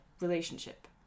relationship